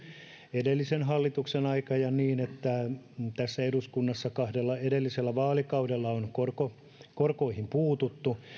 edellisen hallituksen aikana ja niin että tässä eduskunnassa kahdella edellisellä vaalikaudella on korkoihin puututtu